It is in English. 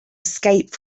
escape